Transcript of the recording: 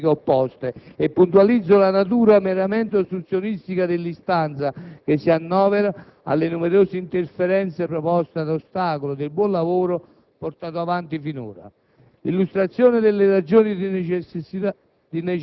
Esprimo il mio dissenso per quanto ribadito dalle forze politiche opposte e puntualizzo la natura meramente ostruzionistica dell'istanza, che si annovera tra numerose interferenze proposte ad ostacolo del buon lavoro portato avanti finora.